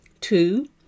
Two